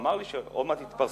אמר לי שעוד מעט יתפרסמו,